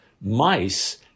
mice